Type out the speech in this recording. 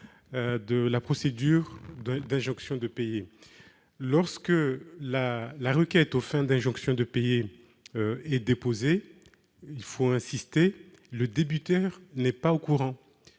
de la procédure d'injonction de payer. Lorsque la requête aux fins d'injonction de payer est déposée, le débiteur n'est pas au courant-